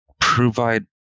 provide